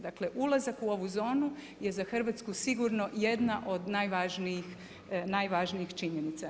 Dakle, ulazak u ovu zonu je za Hrvatsku sigurno jedna od najvažnijih činjenica.